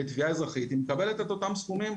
בתביעה אזרחית היא מקבלת את אותם סכומים.